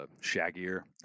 shaggier